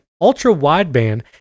ultra-wideband